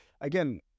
again